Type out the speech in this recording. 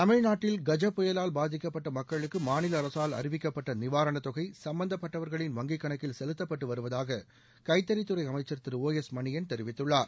தமிழ்நாட்டில் கஜ புயலால் பாதிக்கப்பட்ட மக்களுக்கு மாநில அரசால் அறிவிக்கப்பட்ட நிவாரணத் தொகை சும்பந்தப்பட்டவர்களின் வங்கிக் கணக்கில் செலுத்தப்பட்டு வருவதாக கைத்தறித்துறை அமைச்சர் திரு ஓ எஸ் மணியன் தெரிவித்துள்ளார்